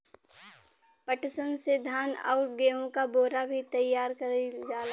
पटसन से धान आउर गेहू क बोरा भी तइयार कइल जाला